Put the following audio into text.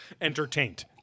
Entertained